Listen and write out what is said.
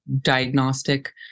diagnostic